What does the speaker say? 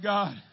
God